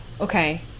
okay